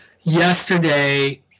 Yesterday